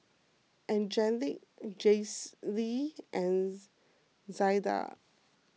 Angelic Jaclyn and Zada